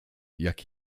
jak